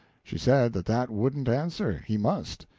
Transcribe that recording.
she said that that wouldn't answer he must.